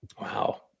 Wow